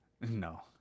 No